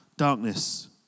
darkness